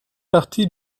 partie